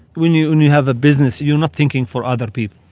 when you when you have a business, you're not thinking for other people.